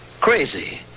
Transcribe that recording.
Crazy